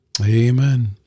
Amen